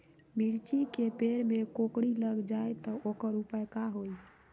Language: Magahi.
मिर्ची के पेड़ में कोकरी लग जाये त वोकर उपाय का होई?